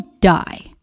die